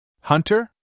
Hunter